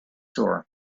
door